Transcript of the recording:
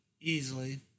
easily